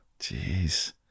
Jeez